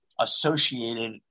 associated